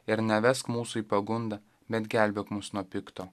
ir nevesk mūsų į pagundą bet gelbėk mus nuo pikto